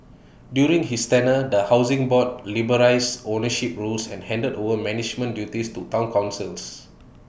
during his tenure the Housing Board liberalised ownership rules and handed over management duties to Town councils